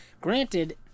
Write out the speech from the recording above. Granted